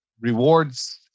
rewards